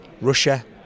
Russia